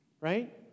Right